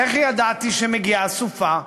איך ידעתי שמגיעה סופה?